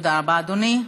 תודה רבה, אדוני.